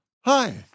Hi